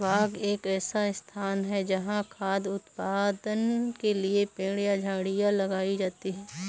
बाग एक ऐसा स्थान है जहाँ खाद्य उत्पादन के लिए पेड़ या झाड़ियाँ लगाई जाती हैं